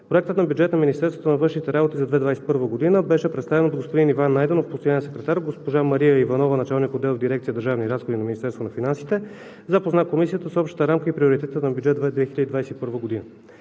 Проектът на бюджет на Министерството на външните работи за 2021 г. беше представен от господин Иван Найденов – постоянен секретар. Госпожа Мария Иванова – началник отдел в дирекция „Държавни разходи“ на Министерството на финансите запозна Комисията с общата рамка и приоритетите на бюджет 2021.